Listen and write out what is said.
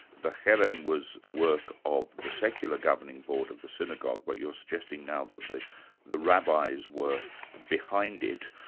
the cherem was the work of the secular governing board of the synagogue, but you're suggesting now that the the rabbis were behind it.